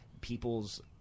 people's